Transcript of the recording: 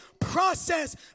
process